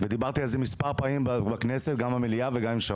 ודיברתי על כך מספר פעמים בכנסת וגם עם שרון.